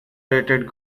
rated